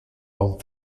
con